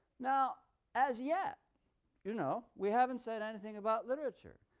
now as yet you know we haven't said anything about literature,